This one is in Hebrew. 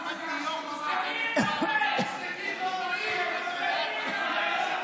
גם אנטיוכוס רצה לפגוע ביהודים.